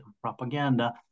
propaganda